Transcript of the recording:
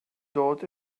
dort